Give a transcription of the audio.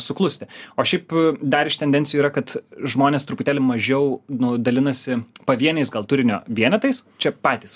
suklusti o šiaip dar iš tendencijų yra kad žmonės truputėlį mažiau nu dalinasi pavieniais gal turinio vienetais čia patys